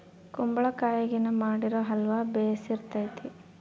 ಕುಂಬಳಕಾಯಗಿನ ಮಾಡಿರೊ ಅಲ್ವ ಬೆರ್ಸಿತತೆ